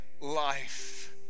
life